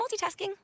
multitasking